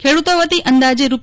ખેડૂતો વતી અંદાજે રૂ